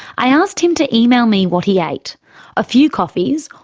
i asked him to email me what he ate a few coffees,